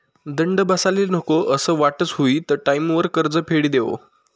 दंड बसाले नको असं वाटस हुयी त टाईमवर कर्ज फेडी देवो